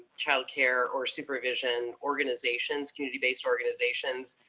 child care or supervision organizations, community-based organizations,